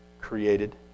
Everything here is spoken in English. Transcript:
Created